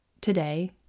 today